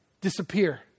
disappear